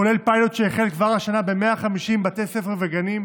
כולל פיילוט שהחל כבר השנה ב-150 בתי ספר וגנים,